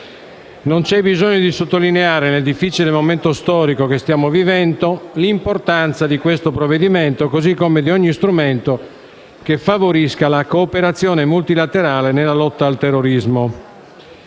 Non c'è bisogno di sottolineare, nel difficile momento storico che stiamo vivendo, l'importanza di questo provvedimento, così come di ogni strumento che favorisca la cooperazione multilaterale nella lotta al terrorismo.